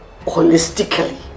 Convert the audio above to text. holistically